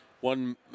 One